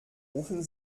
rufen